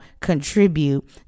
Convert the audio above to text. contribute